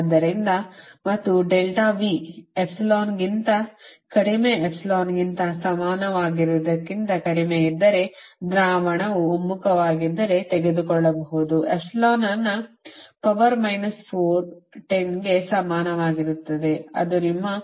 ಆದ್ದರಿಂದ ಮತ್ತು delta V ಎಪ್ಸಿಲಾನ್ಗಿಂತ ಕಡಿಮೆ ಎಪ್ಸಿಲಾನ್ಗೆ ಸಮನಾಗಿರುವುದಕ್ಕಿಂತ ಕಡಿಮೆ ಇದ್ದರೆ ದ್ರಾವಣವು ಒಮ್ಮುಖವಾಗಿದ್ದರೆ ತೆಗೆದುಕೊಳ್ಳಬಹುದು ಎಪ್ಸಿಲಾನ್ ಅನ್ನು ಪವರ್ ಮೈನಸ್ 4 ಗೆ 10 ಕ್ಕೆ ಸಮನಾಗಿರುತ್ತದೆ ಅದು ನಿಮ್ಮ 0